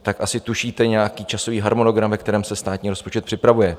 Tak asi tušíte nějaký časový harmonogram, ve kterém se státní rozpočet připravuje.